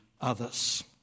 others